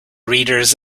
reader’s